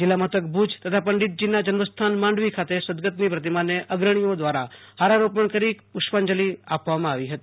જીલ્લામથક ભુજ તથા પંડિતજીના જન્મ સ્થળ માંડ્વી ખાતે સદગતની પ્રતિમાને અગ્રણીઓ દ્રારા હારારોપણ કરી પુષ્પાંજલી આપવામાં આવી હતી